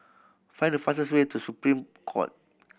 find the fastest way to Supreme Court